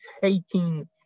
taking